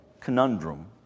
conundrum